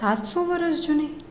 સાતસો વર્ષ જૂની